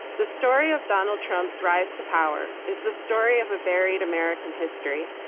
the story of donald trump's rise to power is the story of a buried american history,